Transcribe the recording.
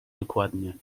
dokładnie